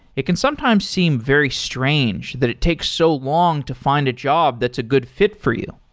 it can sometimes seem very strange that it takes so long to find a job that's a good fit for you.